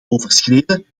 overschreden